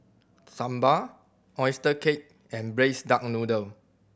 sambal oyster cake and Braised Duck Noodle